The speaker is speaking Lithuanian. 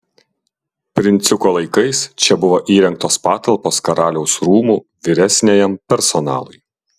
princiuko laikais čia buvo įrengtos patalpos karaliaus rūmų vyresniajam personalui